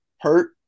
hurt